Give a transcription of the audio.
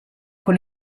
con